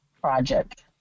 project